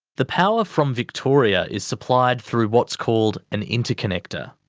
the power from victoria is supplied through what's called an interconnector.